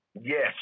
Yes